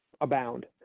abound